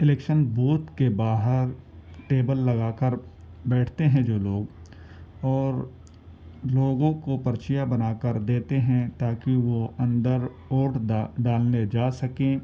election booth کے باہر table لگا کر بیٹھتے ہیں جو لوگ اور لوگوں کو پرچیاں بنا کر دیتے ہیں تاکہ وہ اندر ووٹ ڈالنے جا سکیں